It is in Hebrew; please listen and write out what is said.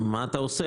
"מה אתה עושה,